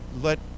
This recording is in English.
let